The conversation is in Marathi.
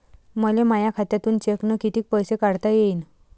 मले माया खात्यातून चेकनं कितीक पैसे काढता येईन?